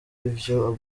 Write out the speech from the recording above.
ivyo